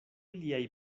liaj